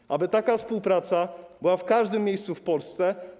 Tego, aby taka współpraca była w każdym miejscu w Polsce.